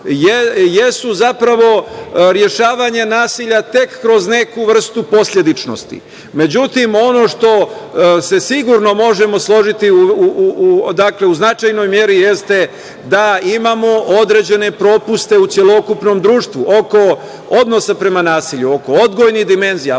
jesu zapravo rešavanje nasilja tek kroz neku vrstu posledičnosti.Međutim, ono što se sigurno možemo složiti, dakle, u značajnoj meri jeste da imamo određene propuste u celokupnom društvu oko odnosa prema nasilju, oko odgojnih dimenzija, prosvetnih